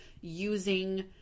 using